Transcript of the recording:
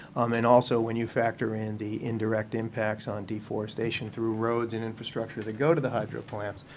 and also, when you factor in the indirect impacts on deforestation through roads and infrastructure that go to the hydro plants,